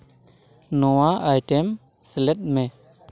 ᱱᱚᱣᱟ ᱟᱭᱴᱮᱢ ᱥᱮᱞᱮᱫ ᱢᱮ